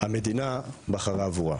המדינה בחרה עבורה.